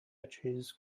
ashes